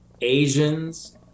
Asians